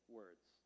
words